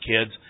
kids